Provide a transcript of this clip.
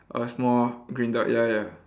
a small green dot ya ya